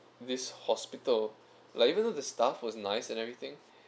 this hospital like even though the staff was nice and everything